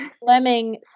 Fleming